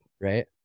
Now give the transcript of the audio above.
right